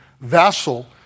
vassal